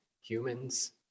humans